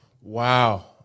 Wow